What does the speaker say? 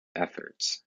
efforts